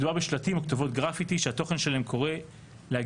מדובר בשלטים או כתובות גרפיטי שהתוכן שלהם קורא להגביל